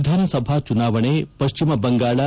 ವಿಧಾನಸಭೆ ಚುನಾವಣೆ ಪಶ್ಚಿಮ ಬಂಗಾಳೆ